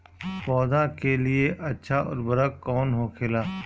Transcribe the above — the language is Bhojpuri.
पौधा के लिए अच्छा उर्वरक कउन होखेला?